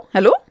Hello